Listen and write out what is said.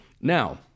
now